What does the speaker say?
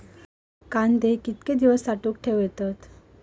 कांदे कितके दिवस साठऊन ठेवक येतत?